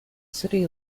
city